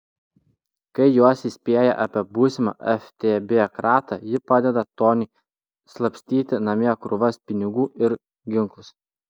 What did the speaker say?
kai juos įspėja apie būsimą ftb kratą ji padeda toniui slapstyti namie krūvas pinigų ir ginklus